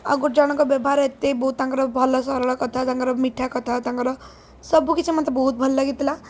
ଆଉଜଣଙ୍କ ବ୍ୟବହାର ଏତେ ବହୁତ ତାଙ୍କର ସରଳ କଥା ତାଙ୍କର ମିଠା କଥା ତାଙ୍କର ସବୁ କିଛି ମୋତେ ବହୁତ ଭଲ ଲାଗିଥିଲା